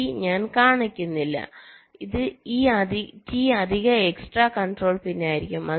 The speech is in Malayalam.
അതിനാൽ ഡി ഞാൻ കാണിക്കുന്നില്ല ഈ T അധിക എക്സ്ട്രാ കണ്ട്രോൾ പിൻ ആയിരിക്കും